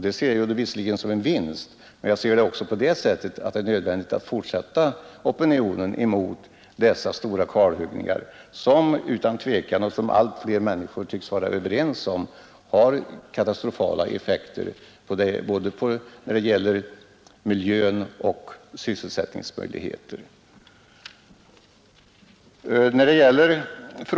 Det ser jag visserligen som en vinst, men jag anser det också nödvändigt att fortsätta opinionen mot dessa stora kalhuggningar, som allt fler människor tycks vara överens om har katastrofala effekter både för miljön och för sysselsättningsmöjligheter.